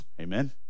Amen